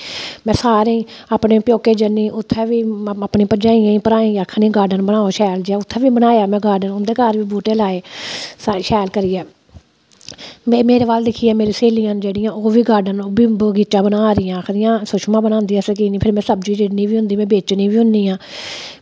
में अपने प्यौके जन्नी ते उत्थें बी अपने भ्रांऐं भरजाइयें गी आक्खनी गॉर्डन बनाओ ते उत्थें बी बनाया गॉर्डन ते उत्थें बी बूह्टे लाये शैल करियै मेरे बल्ल िकखियै मेरियां स्हेलियां बी बगीचा बना दियां आक्खा दियां सुषमा बनांदी ते फिर में सब्ज़ी बनानी आं ते बेचनी बी औनी आं